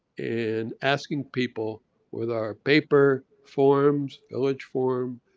and asking people with our paper forms, village form,